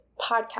podcast